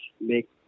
make